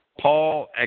Paul